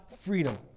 freedom